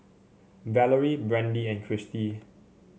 Valorie Brandee and Christy